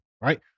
right